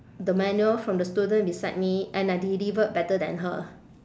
the manual from the student beside me and I delivered better than her